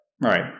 Right